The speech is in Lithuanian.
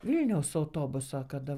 vilniaus autobuso kada